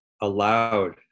allowed